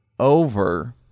over